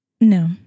No